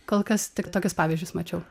kol kas tik tokius pavyzdžius mačiau